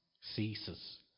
ceases